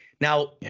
Now